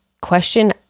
question